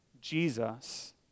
Jesus